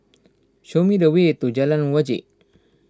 show me the way to Jalan Wajek